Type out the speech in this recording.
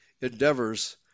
endeavors